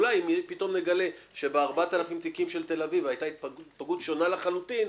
אולי פתאום נגלה שב-4,000 תיקים של תל אביב הייתה התפלגות שונה לחלוטין,